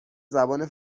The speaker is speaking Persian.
زبان